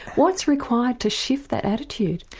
what's required to shift that attitude?